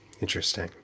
Interesting